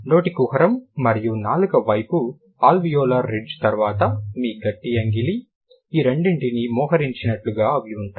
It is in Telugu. నోటి కుహరం మరియు నాలుక వైపు అల్వియోలార్ రిడ్జ్ తర్వాత మీ గట్టి అంగిలి ఈ రెండింటిని మోహరించినట్లుగా అవి ఉంటాయి